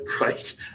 right